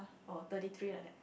or thirty three like that